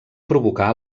provocà